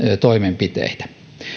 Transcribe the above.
toimenpiteitä